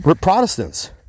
Protestants